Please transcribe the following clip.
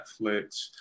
netflix